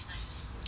really